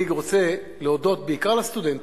אני רוצה להודות בעיקר לסטודנטים,